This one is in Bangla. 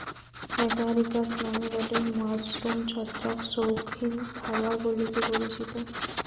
এগারিকাস নামের গটে মাশরুম ছত্রাক শৌখিন খাবার বলিকি পরিচিত